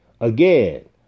Again